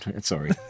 sorry